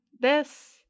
This